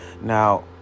now